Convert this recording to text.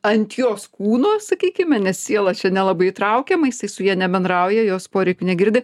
ant jos kūno sakykime nes siela čia nelabai įtraukiama jisai su ja nebendrauja jos poreikių negirdi